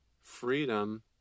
Freedom